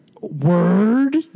Word